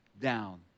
down